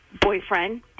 boyfriend